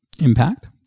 impact